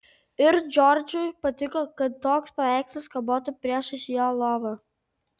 ir džordžui patiko kad toks paveikslas kabotų priešais jo lovą